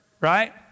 Right